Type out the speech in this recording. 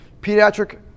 Pediatric